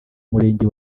murenge